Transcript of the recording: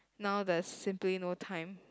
now there's simply no time